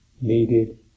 needed